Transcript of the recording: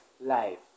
life